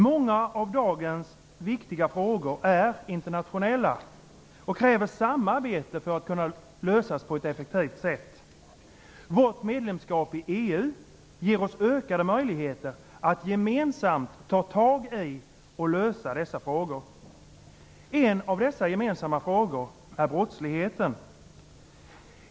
Många av dagens viktiga frågor är internationella och kräver samarbete för att kunna lösas på ett effektivt sätt. Vårt medlemskap i EU ger oss ökade möjligheter att gemensamt ta tag i och lösa dessa frågor. En av dessa gemensamma frågor är brottsligheten.